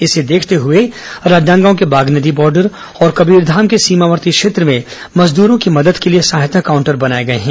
इसे देखते हुए राजनांदगांव के बागनदी बार्डर और कबीरधाम के सीमावर्ती क्षेत्र में श्रमिकों की मदद के लिए सहायता काउंटर बनाए गए हैं